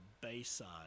Bayside